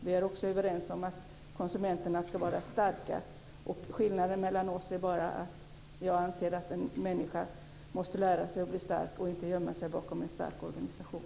Vi är också överens om att konsumenterna ska vara starka. Skillnaden mellan oss är bara att jag anser att en människa måste lära sig att bli stark, i stället för att gömma sig bakom en stark organisation.